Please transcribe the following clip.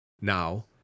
now